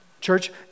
Church